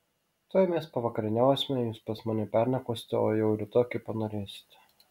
tuoj mes pavakarieniausime jūs pas mane pernakvosite o jau rytoj kaip panorėsite